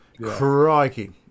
Crikey